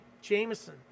Jameson